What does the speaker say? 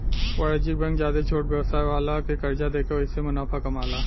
वाणिज्यिक बैंक ज्यादे छोट व्यवसाय वाला के कर्जा देके ओहिसे मुनाफा कामाला